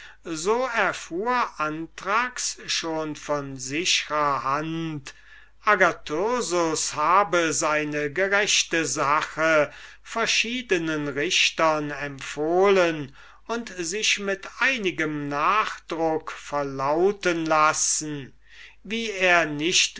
so erfuhr anthrax schon von sichrer hand daß agathyrsus seine gerechte sache verschiedenen richtern empfohlen und sich mit einigem nachdruck habe verlauten lassen wie er nicht